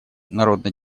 народно